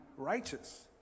righteous